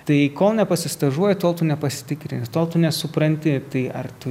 tai kol pasistažuoji tol tu nepasitikrini tol nesupranti tai ar tu